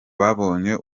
babonye